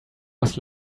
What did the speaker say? was